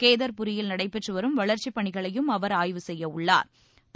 கேதா்புரியில் நடைபெற்று வரும் வளா்ச்சிப் பணிகளையும் அவா் ஆய்வு செய்ய உள்ளாா்